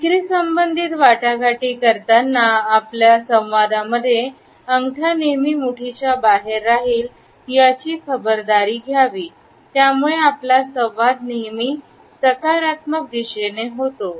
विक्री संबंधित वाटाघाटी करताना आपल्या संवादांमध्ये अंगठा नेहमी मुठी च्या बाहेर राहील याची खबरदारी घ्यावी त्यामुळे आपला संवाद नेहमी मी सकारात्मक दिशेने होतो